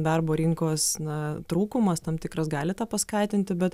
darbo rinkos na trūkumas tam tikras gali tą paskatinti bet